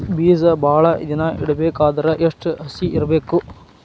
ಬೇಜ ಭಾಳ ದಿನ ಇಡಬೇಕಾದರ ಎಷ್ಟು ಹಸಿ ಇರಬೇಕು?